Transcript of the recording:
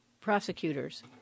prosecutors